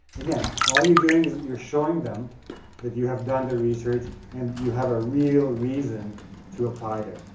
again, all you're doing is you're showing them that you have done the research and you have a real reason to apply there.